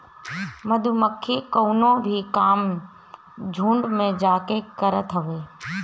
मधुमक्खी कवनो भी काम झुण्ड में जाके करत हवे